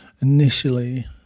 initially